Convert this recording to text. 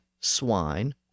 swine